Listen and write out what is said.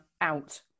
out